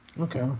Okay